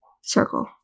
circle